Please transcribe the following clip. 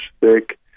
thick